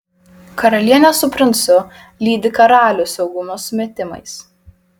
karalienė su princu lydi karalių saugumo sumetimais